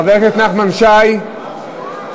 חבר הכנסת נחמן שי, מוותר.